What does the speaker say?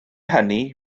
hynny